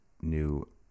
new